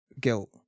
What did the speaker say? guilt